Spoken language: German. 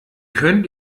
könnt